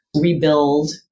rebuild